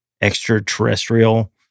extraterrestrial